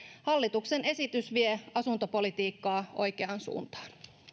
hallituksen esitys vie asuntopolitiikkaa oikeaan suuntaan